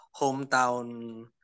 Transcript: hometown